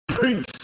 Peace